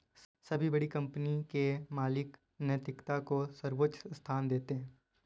सभी बड़ी कंपनी के मालिक नैतिकता को सर्वोच्च स्थान देते हैं